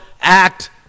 act